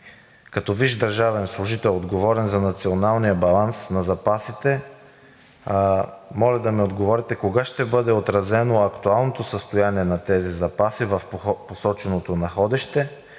като висш държавен служител, отговорен за Националния баланс на запасите, моля да ми отговорите кога ще бъде отразено актуалното състояние на тези запаси в посоченото находище,